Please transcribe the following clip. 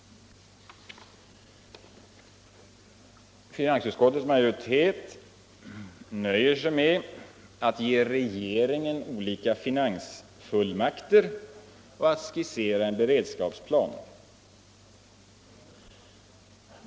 Finansutskottets majoritet nöjer sig med att ge regeringen olika finansfullmakter och att skissera en beredskapsplan.